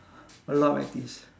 a lot of I_T_Es